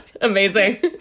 Amazing